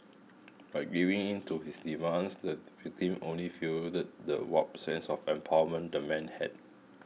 by giving in to his demands the victim only fuelled the warped sense of empowerment the man had